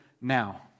now